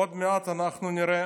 עוד מעט אנחנו נראה